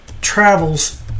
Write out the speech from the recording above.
travels